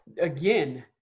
again